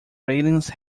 ratings